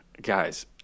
Guys